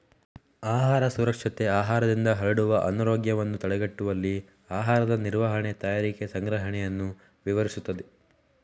ಆಹಾರ ಸುರಕ್ಷತೆ ಆಹಾರದಿಂದ ಹರಡುವ ಅನಾರೋಗ್ಯವನ್ನು ತಡೆಗಟ್ಟುವಲ್ಲಿ ಆಹಾರದ ನಿರ್ವಹಣೆ, ತಯಾರಿಕೆ, ಸಂಗ್ರಹಣೆಯನ್ನು ವಿವರಿಸುತ್ತದೆ